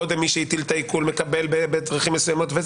קודם מי שהטיל את העיקול מקבל בדרכים מסוימות.